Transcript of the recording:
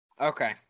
Okay